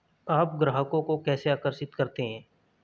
आप ग्राहकों को कैसे आकर्षित करते हैं?